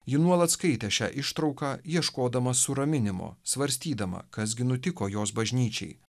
ji nuolat skaitė šią ištrauką ieškodama suraminimo svarstydama kas gi nutiko jos bažnyčiai